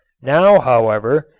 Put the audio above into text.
now, however,